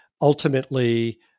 ultimately